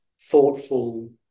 thoughtful